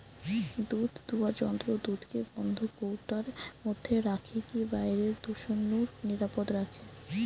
দুধদুয়ার যন্ত্র দুধকে বন্ধ কৌটার মধ্যে রখিকি বাইরের দূষণ নু নিরাপদ রখে